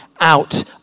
out